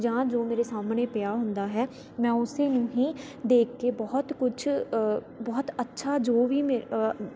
ਜਾਂ ਜੋ ਮੇਰੇ ਸਾਹਮਣੇ ਪਿਆ ਹੁੰਦਾ ਹੈ ਮੈਂ ਉਸ ਨੂੰ ਹੀ ਦੇਖ ਕੇ ਬਹੁਤ ਕੁਛ ਬਹੁਤ ਅੱਛਾ ਜੋ ਵੀ ਮੇ